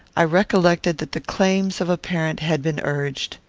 i recollected that the claims of a parent had been urged.